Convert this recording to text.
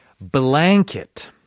blanket